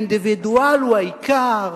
האינדיבידואל הוא העיקר.